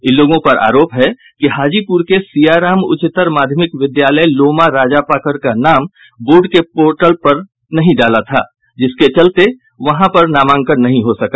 इन लोगों पर आरोप है कि हाजीपुर के शियाराम उच्चतर माध्यमिक विद्यालय लोमा राजापाकर का नाम बोर्ड के पोर्टल पर नहीं डाला था जिसके चलते वहां पर नामांकन नहीं हो सका